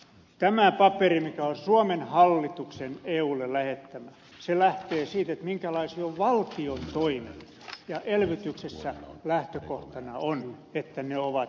tämä paperi mikä on suomen hallituksen eulle lähettämä lähtee siitä minkälaisia ovat valtion toimet ja elvytyksessä lähtökohtana on että ne ovat väliaikaisia